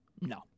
no